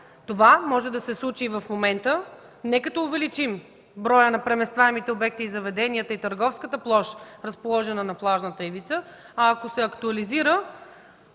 Това може да се случи и в момента не като увеличим броя на преместваемите обекти, заведенията и търговската площ, разположена на плажната ивица, а ако се актуализира